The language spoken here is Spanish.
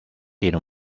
tiene